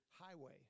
highway